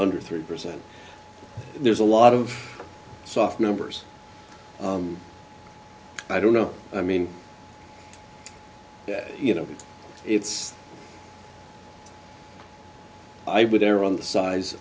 under three percent and there's a lot of soft numbers i don't know i mean you know it's i would err on the size